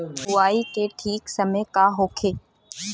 बुआई के ठीक समय का होखे?